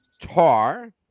Tar